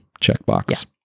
checkbox